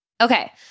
Okay